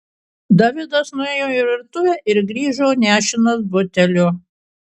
davidas nuėjo į virtuvę ir grįžo nešinas buteliu